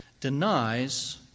denies